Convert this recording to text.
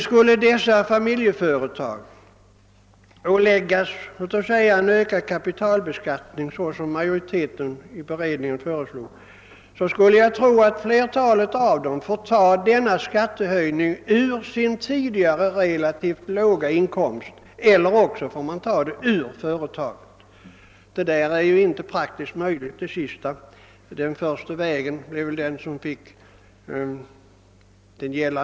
Skulle dessa familjeföretagare åläggas en ökad kapitalbeskattning, såsom majoriteten i beredningen föreslår, skulle flertalet av dem troligen få ta pengar till denna skattehöjning ur sin tidigare relativt låga inkomst eller också ur företaget. Det sistnämnda är inte prakitskt möjligt, utan det första alternativet skulle väl få gälla.